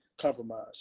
compromise